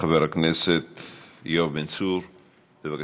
חבר הכנסת יואב בן צור, בבקשה.